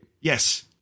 Yes